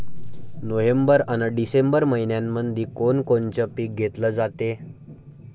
November अन December मइन्यामंधी कोण कोनचं पीक घेतलं जाते?